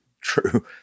true